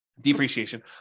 depreciation